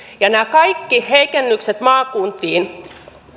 ja nämä kaikki heikennykset maakuntiin